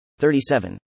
37